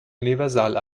universal